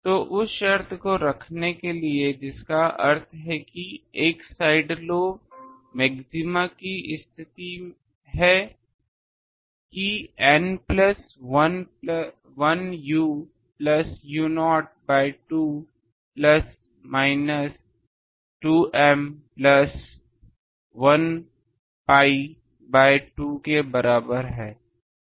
तो उस शर्त को रखें जिसका अर्थ है कि एक साइड लोब मैक्सिमा की स्थिति है कि N plus 1 u plus u0 by 2 plus minus 2 m plus 1 pi by 2 के बराबर है